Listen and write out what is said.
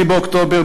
ב-8 באוקטובר,